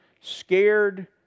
scared